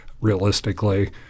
realistically